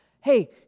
hey